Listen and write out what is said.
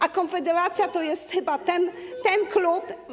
A Konfederacja to jest chyba ten klub.